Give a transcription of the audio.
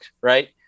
right